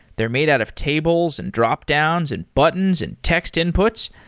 they're made out of tables, and dropdowns, and buttons, and text inputs.